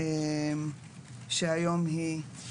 אז עכשיו בבקשה